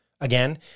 Again